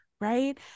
Right